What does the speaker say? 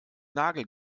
nagel